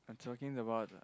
talking about